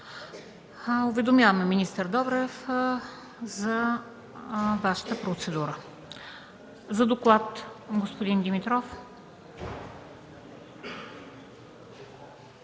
Уведомявам министър Добрев за Вашата процедура. За доклад – господин Димитров.